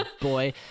boy